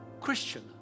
Christian